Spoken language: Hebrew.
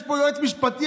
יש פה יועץ משפטי.